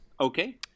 Okay